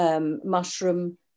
mushroom